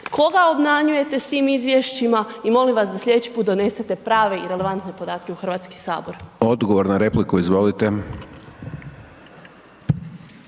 koga obmanjujete s tim izvješćima i molim vas da slijedeći put donesete prave i relevantne podatke u HS. **Hajdaš Dončić, Siniša (SDP)** Odgovor na repliku, izvolite.